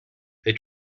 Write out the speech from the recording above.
they